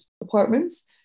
apartments